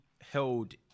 held